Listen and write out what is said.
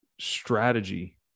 strategy